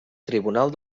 tribunal